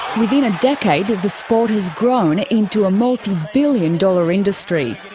within a decade, the sport has grown into a multibillion-dollar industry.